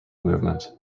movement